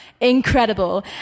incredible